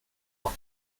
noch